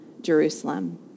Jerusalem